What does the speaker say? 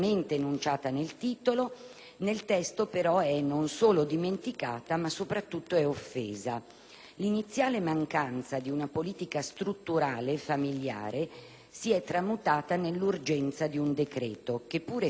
nel testo è non solo dimenticata, ma soprattutto offesa. L'iniziale mancanza di una politica strutturale familiare si è tramutata nell'urgenza di un decreto che, pur essendo necessario,